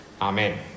Amen